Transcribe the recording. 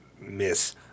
miss